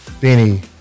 Benny